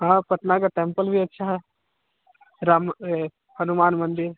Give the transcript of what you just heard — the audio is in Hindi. हाँ पटना का टेम्पल भी अच्छा है राम हनुमान मंदिर